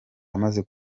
amaze